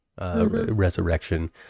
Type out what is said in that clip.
resurrection